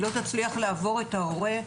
היא לא תצליח לעבור את ההורה.